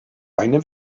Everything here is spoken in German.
eine